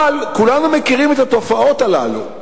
אבל כולנו מכירים את התופעות האלה.